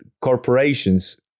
corporations